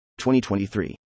2023